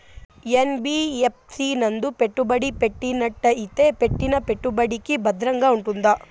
NBFC నందు పెట్టుబడి పెట్టినట్టయితే పెట్టిన పెట్టుబడికి భద్రంగా ఉంటుందా?